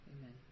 Amen